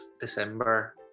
December